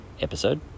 episode